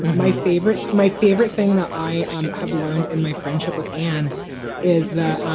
my favorite my favorite thing that i um have learned in my friendship with anne is that,